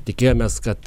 tikėjomės kad